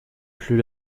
plus